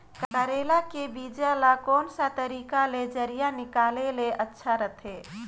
करेला के बीजा ला कोन सा तरीका ले जरिया निकाले ले अच्छा रथे?